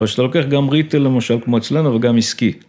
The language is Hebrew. או שאתה לוקח גם ריטל למושב כמו אצלנו וגם עסקי.